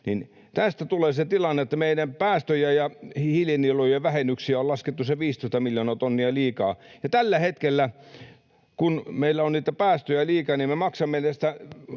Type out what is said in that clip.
tästä tulee se tilanne, että meidän päästöjä ja hiilinielujen vähennyksiä on laskettu se 15 miljoonaa tonnia liikaa, ja tällä hetkellä, kun meillä on niitä päästöjä liikaa, joudumme maksamaan näistä